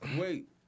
wait